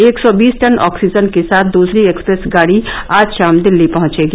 एक सौ बीस टन ऑक्सीजन के साथ दुसरी एक्सप्रेस गाडी आज शाम दिल्ली पहंचेगी